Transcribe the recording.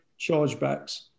chargebacks